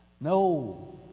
No